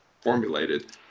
formulated